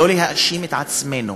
לא להאשים את עצמנו.